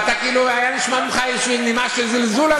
והייתה נשמעת ממך איזו נימה של זלזול על החוק.